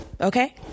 okay